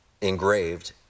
engraved